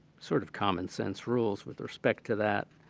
sort of, common sense rules with respect to that.